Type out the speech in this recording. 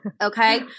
Okay